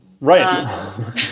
Right